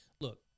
look